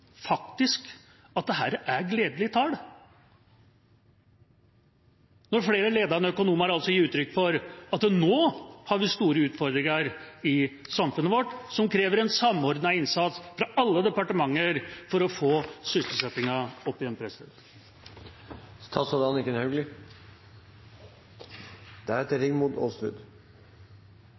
faktisk at dette er gledelige tall, når flere ledende økonomer gir uttrykk for at nå har vi store utfordringer i samfunnet vårt, som krever en samordnet innsats fra alle departementer for å få sysselsettingen opp igjen?